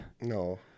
No